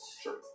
Sure